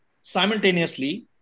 simultaneously